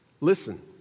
Listen